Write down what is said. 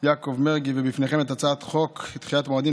יעקב מרגי להציג בפניכם את הצעת חוק דחיית מועדים